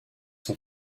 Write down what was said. son